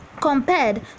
compared